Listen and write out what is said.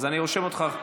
אז אני רושם אותך.